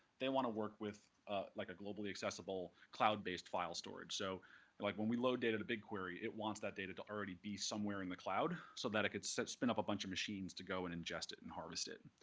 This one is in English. they want to work with like a globally accessible cloud based file storage. so like when we load data to bigquery, it wants that data to already be somewhere in the cloud so that it can spin up a bunch of machines to go and ingest it and harvest it.